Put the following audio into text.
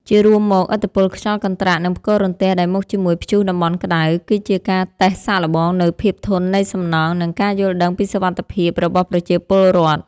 ជារួមមក ឥទ្ធិពលខ្យល់កន្ត្រាក់ និងផ្គររន្ទះដែលមកជាមួយព្យុះតំបន់ក្ដៅ គឺជាការតេស្តសាកល្បងនូវភាពធន់នៃសំណង់ និងការយល់ដឹងពីសុវត្ថិភាពរបស់ប្រជាពលរដ្ឋ។